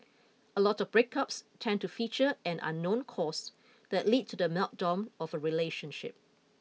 a lot of breakups tend to feature an unknown cause that lead to the meltdown of a relationship